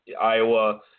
Iowa